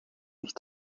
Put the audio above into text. sich